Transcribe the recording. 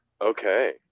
okay